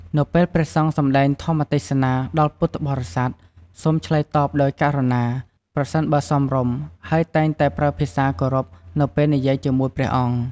នៅពេលព្រះសង្ឃសំដែងធម្មទេសនាដល់ពុទ្ធបរិស័ទ សូមឆ្លើយតបដោយ ករុណា ប្រសិនបើសមរម្យ ហើយតែងតែប្រើភាសាគោរពនៅពេលនិយាយជាមួយព្រះអង្គ។